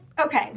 Okay